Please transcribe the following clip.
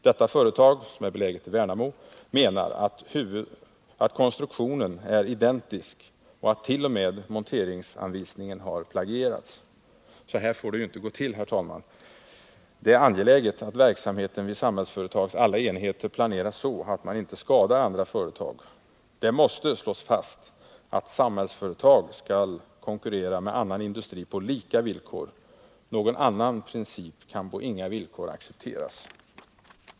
Detta företag, som är beläget i Värnamo, menar att konstruktionen är identisk och att t.o.m. monteringsanvisningen har plagierats. Så här får det inte gå till, herr talman! Det är angeläget att verksamheten vid Samhällsföretags alla enheter planeras så att man inte skadar andra företag. Det måste slås fast att Samhällsföretag skall konkurrera med annan industri på lika villkor. Någon annan princip kan på inga villkor accepteras.